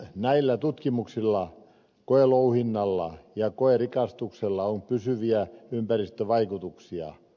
näillä tutkimuksilla koelouhinnalla ja koerikastuksella on pysyviä ympäristövaikutuksia